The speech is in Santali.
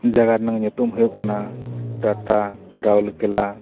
ᱡᱟᱭᱜᱟ ᱨᱮᱱᱟᱜ ᱧᱩᱛᱩᱢ ᱦᱩᱭᱩᱜ ᱠᱟᱱᱟ ᱴᱟᱴᱟ ᱨᱟᱣᱩᱨᱠᱮᱞᱞᱟ